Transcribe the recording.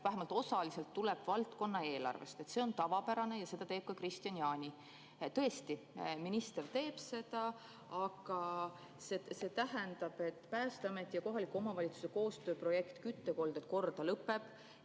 vähemalt osaliselt tuleb valdkonna eelarvest. See on tavapärane ja seda teeb ka Kristian Jaani. Tõesti, minister teeb seda, aga see tähendab, et Päästeameti ja kohaliku omavalitsuse koostööprojekt "Küttekolded korda" lõpeb,